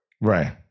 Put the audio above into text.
Right